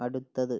അടുത്തത്